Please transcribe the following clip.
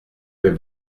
même